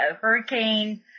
hurricane